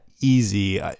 easy